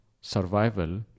survival